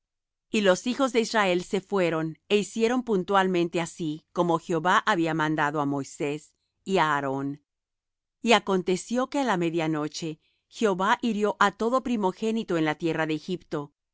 y los hijos de israel se fueron é hicieron puntualmente así como jehová había mandado á moisés y á aarón y aconteció que á la medianoche jehová hirió á todo primogénito en la tierra de egipto